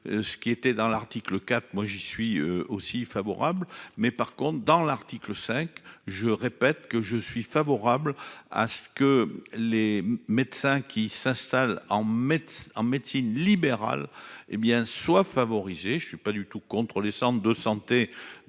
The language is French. ce qui était dans l'article cap. Moi je suis aussi favorable. Mais par contre dans l'article 5, je répète que je suis favorable à ce que les médecins qui s'installent en mettent en médecine libérale, hé bien soit favorisé. Je ne suis pas du tout contre les centres de santé.